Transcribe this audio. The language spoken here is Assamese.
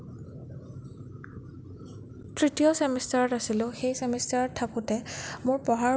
তৃতীয় ছেমিষ্টাৰত আছিলোঁ সেই ছেমিষ্টাৰত থাকোতে মোৰ পঢ়াৰ